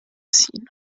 ziehen